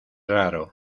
raro